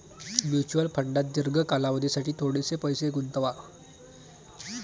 mutual फंडात दीर्घ कालावधीसाठी थोडेसे पैसे गुंतवा